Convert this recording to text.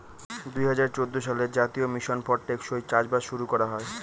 দুই হাজার চৌদ্দ সালে জাতীয় মিশন ফর টেকসই চাষবাস শুরু করা হয়